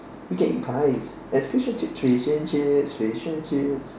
we can eat pies there is fish and chips fish and chips fish and chips